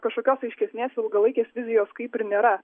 kažkokios aiškesnės ilgalaikės vizijos kaip ir nėra